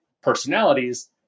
personalities